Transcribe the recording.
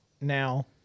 now